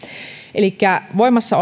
elikkä voimassa